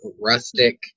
rustic